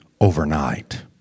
overnight